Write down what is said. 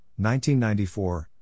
1994